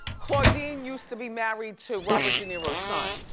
claudine used to be married to robert de niro's son.